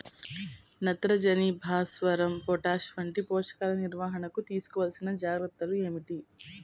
నత్రజని, భాస్వరం, పొటాష్ వంటి పోషకాల నిర్వహణకు తీసుకోవలసిన జాగ్రత్తలు ఏమిటీ?